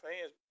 fans